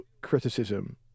criticism